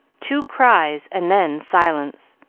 two cries, and then silence.